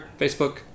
Facebook